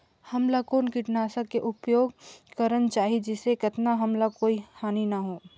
हमला कौन किटनाशक के उपयोग करन चाही जिसे कतना हमला कोई हानि न हो?